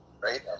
right